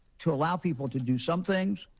to allow people to do some things,